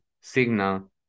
signal